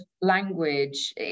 language